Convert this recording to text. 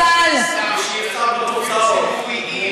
ושיישא בתוצאות.